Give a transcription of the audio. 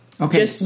Okay